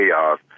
chaos